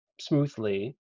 smoothly